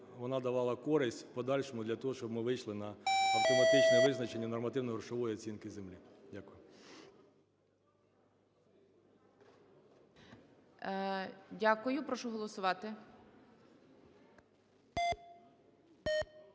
вона давала користь в подальшому, для того щоб ми вийшли на автоматичне визначення нормативно-грошової оцінки землі. Дякую. ГОЛОВУЮЧИЙ. Дякую. Прошу голосувати.